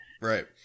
Right